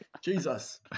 Jesus